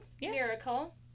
Miracle